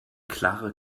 klare